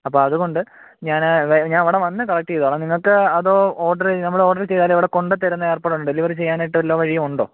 അപ്പോൾ അതുകൊണ്ട് ഞാൻ ഞാൻ അവിടെ വന്ന് കളക്റ്റ് ചെയ്തോളാം നിങ്ങൾക്ക് അതോ ഓർഡർ നമ്മൾ ഓർഡർ ചെയ്താൽ ഇവിടെ കൊണ്ടുത്തരുന്ന ഏർപ്പാടുണ്ടോ ഡെലിവറി ചെയ്യാനായിട്ട് വല്ല വഴിയും ഉണ്ടോ